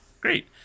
Great